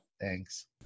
Thanks